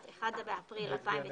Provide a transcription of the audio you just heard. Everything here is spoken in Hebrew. כי הם יבואו לא מוכנים בעוד חצי שנה.